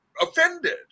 offended